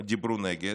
דיברו נגד,